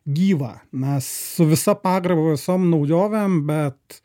gyvą mes su visa pagarbavisom naujovėm bet